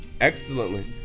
excellently